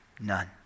None